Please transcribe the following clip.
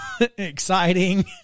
Exciting